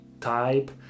type